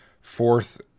fourth